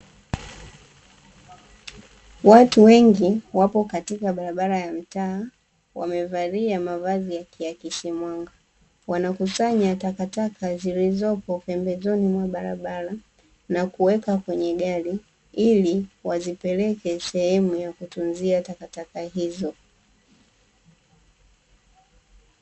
Watu wengi wapo katika barabara ya mtaa wamevalia mavazi yakiakisi mwanga, wanakusanya takataka zilizopo pembezoni mwa barabara na kuweka kwenye gari ili wazipeleke sehemu ya kutunzia takataka hizo.